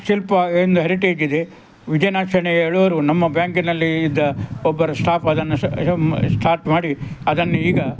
ಶಿಲ್ಪ ಎಂದು ಹೆರಿಟೇಜಿದೆ ವಿಜಯನಾಥ ಶೆಣೈ ಹೇಳುವವರು ನಮ್ಮ ಬ್ಯಾಂಕಿನಲ್ಲಿ ಇದ್ದ ಒಬ್ಬರು ಸ್ಟಾಫ್ ಅದನ್ನು ಸ್ಟಾಟ್ ಮಾಡಿ ಅದನ್ನು ಈಗ